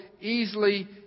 easily